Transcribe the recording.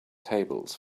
tables